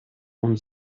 und